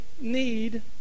need